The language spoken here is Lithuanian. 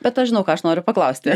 bet aš žinau ką aš noriu paklausti